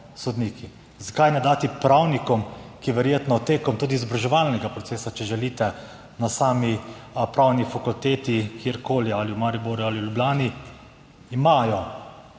sodniki. Zakaj ne dati pravnikom, ki verjetno tudi tekom izobraževalnega procesa, če želite, na sami pravni fakulteti, kjerkoli, ali v Mariboru ali v Ljubljani, dobijo